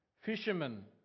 Fishermen